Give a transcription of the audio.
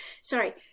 Sorry